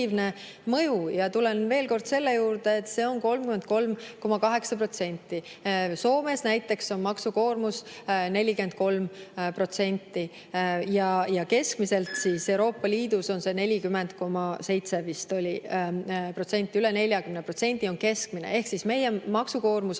mõju. Tulen veel kord selle juurde, et see on 33,8%. Soomes näiteks on maksukoormus 43% ja keskmiselt Euroopa Liidus on see vist 40,7% – üle 40% on keskmine. Ehk siis meie maksukoormus